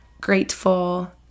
grateful